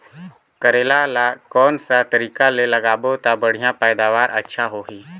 करेला ला कोन सा तरीका ले लगाबो ता बढ़िया पैदावार अच्छा होही?